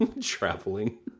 traveling